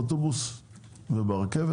באוטובוס וברכבת?